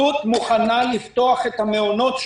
אלו"ט מוכנה לפתוח את המעונות שלה,